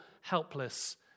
helpless